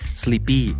sleepy